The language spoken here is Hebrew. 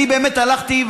אני באמת הלכתי,